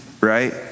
right